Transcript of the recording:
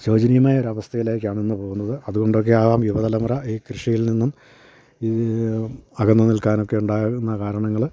ശോചനീയമായ ഒരവസ്ഥയിലേക്ക് ആണിന്ന് പോകുന്നത് അത് കൊണ്ടൊക്കെയാവാം യുവതലമുറ ഈ കൃഷിയിൽ നിന്നും അകന്ന് നിൽക്കാനൊക്കെ ഉണ്ടാകുന്ന കാരണങ്ങൾ